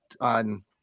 on